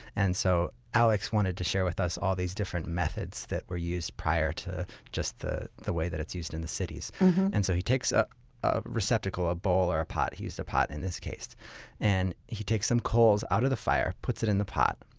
and so alex wanted to share with us all these different methods that were used prior to just the the way that it's used in the cities and so he takes a a receptacle, a bowl or a pot he used a pot in this case and he takes some coals out of the fire and puts them in the pot.